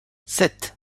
sept